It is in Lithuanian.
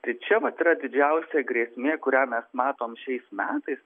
tai čia vat yra didžiausia grėsmė kurią mes matom šiais metais